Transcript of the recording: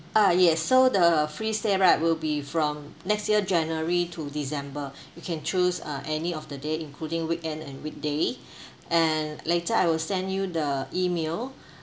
ah yes so the free stay right will be from next year january to december you can choose uh any of the day including weekend and weekday and later I will send you the email uh you just quote the promo code inside the email